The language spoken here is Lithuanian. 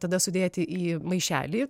tada sudėti į maišelį